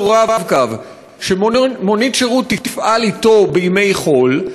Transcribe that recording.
"רב-קו" שמונית שירות תפעל אתו בימי חול,